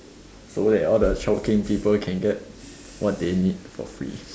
so that all the chao keng people can get what they need for free